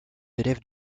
élèves